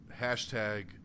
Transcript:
hashtag